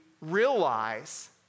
realize